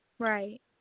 Right